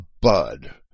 bud